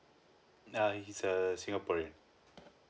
err he's a singaporean